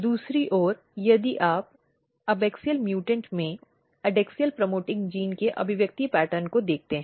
दूसरी ओर यदि आप एबॅक्सियल म्युटेंट में एडैक्सियल प्रमोटिंग जीन के अभिव्यक्ति पैटर्न को देखते हैं